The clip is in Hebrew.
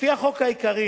לפי החוק העיקרי,